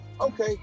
Okay